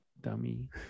dummy